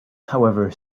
however